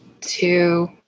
two